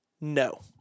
no